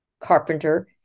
Carpenter